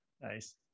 nice